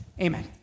amen